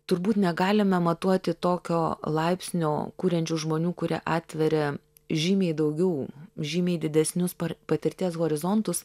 turbūt negalime matuoti tokio laipsnio kuriančių žmonių kuria atveria žymiai daugiau žymiai didesnius patirties horizontus